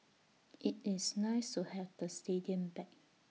IT is nice to have the stadium back